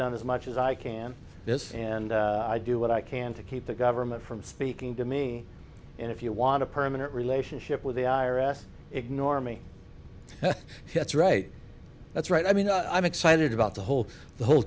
done as much as i can this and i do what i can to keep the government from speaking to me and if you want a permanent relationship with the i r s ignore me that's right that's right i mean i'm excited about the whole the whole